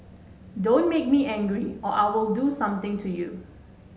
don't make me angry or I'll do something to you